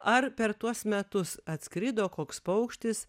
ar per tuos metus atskrido koks paukštis